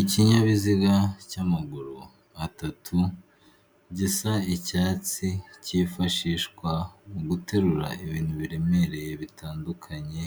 Ikinyabiziga cy'amaguru atatu gisa icyatsi cyifashishwa mu guterura ibintu biremereye bitandukanye